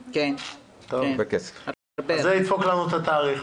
זה ידפוק לנו את התאריך.